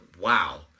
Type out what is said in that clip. wow